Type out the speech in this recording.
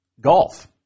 golf